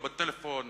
לא בטלפון